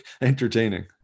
entertaining